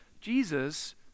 Jesus